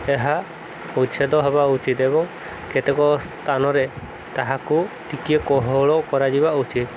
ଏହା ଉଚ୍ଛେଦ ହେବା ଉଚିତ ଏବଂ କେତେକ ସ୍ଥାନରେ ତାହାକୁ ଟିକିଏ କୋହଳ କରାଯିବା ଉଚିତ